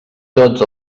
tots